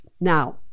Now